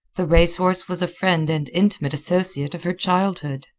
the race horse was a friend and intimate associate of her childhood.